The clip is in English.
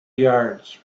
yards